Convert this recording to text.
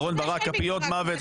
"כפיות מוות",